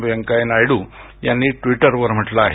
वैंकय्या नायडू यांनी ट्वीटर वर म्हटलं आहे